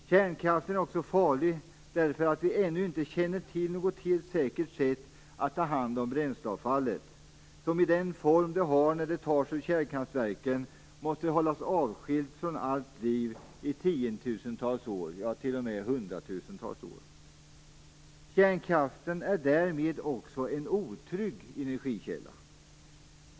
Kärnkraften är också farlig därför att vi ännu inte känner till något helt säkert sätt att ta hand om bränsleavfallet, som i den form det har när det tas från kärnkraftverken måste hållas avskilt från allt liv i tiotusentals år, ja t.o.m. hundratusentals år. Kärnkraften är därmed också en otrygg energikälla.